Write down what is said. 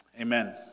Amen